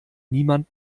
niemand